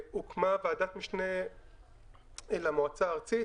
הוקמה ועדת משנה למועצה הארצית,